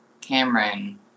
Cameron